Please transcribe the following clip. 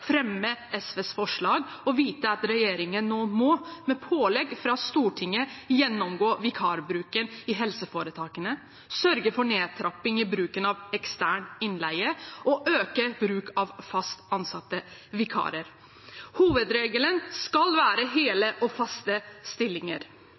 SVs forslag og vite at regjeringen med pålegg fra Stortinget nå må gjennomgå vikarbruken i helseforetakene, sørge for nedtrapping i bruken av ekstern innleie og øke bruken av fast ansatte vikarer. Hovedregelen skal være hele